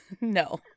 No